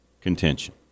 contention